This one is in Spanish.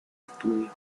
estudio